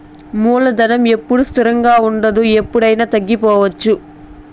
మూలధనం ఎప్పుడూ స్థిరంగా ఉండదు ఎప్పుడయినా తగ్గిపోవచ్చు